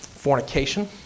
fornication